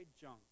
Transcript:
junk